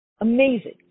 Amazing